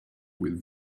with